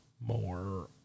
more